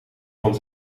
van